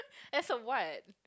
as a what